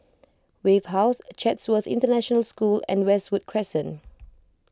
Wave House Chatsworth International School and Westwood Crescent